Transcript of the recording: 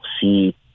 see